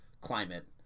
climate